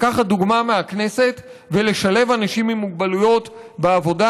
לקחת דוגמה מהכנסת ולשלב אנשים עם מוגבלויות בעבודה.